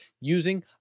using